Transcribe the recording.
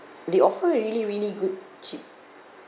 they offer really really good cheap